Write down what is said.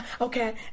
okay